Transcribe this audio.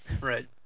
Right